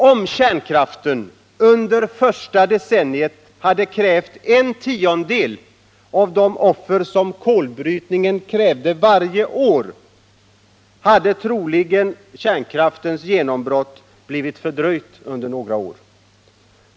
Om kärnkraften under första decenniet hade krävt en tiondel av de offer som kolbrytningen varje år krävde hade troligen kärnkraftens genombrott blivit fördröjt under några år.